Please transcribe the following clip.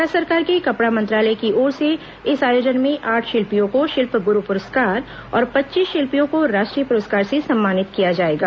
भारत सरकार के कपड़ा मंत्रालय की ओर से इस आयोजन में आठ शिल्पियों को शिल्प गुरू पुरस्कार और पच्चीस शिल्पियों को राष्ट्रीय पुरस्कार से सम्मानित किया जाएगा